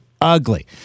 ugly